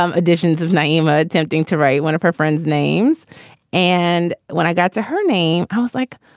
um editions of nyima attempting to write one of her friends names and when i got to her name, i was like,